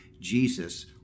Jesus